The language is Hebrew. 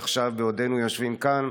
עכשיו, בעודנו יושבים כאן,